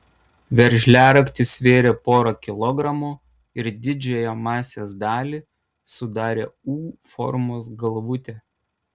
veržliaraktis svėrė porą kilogramų ir didžiąją masės dalį sudarė u formos galvutė